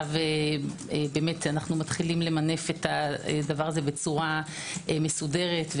אנו מתחילים למנף את זה בצורה מסודרת.